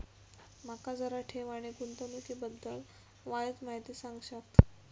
माका जरा ठेव आणि गुंतवणूकी बद्दल वायचं माहिती सांगशात?